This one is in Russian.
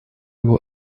его